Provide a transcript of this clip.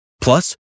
plus